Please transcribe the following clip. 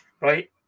right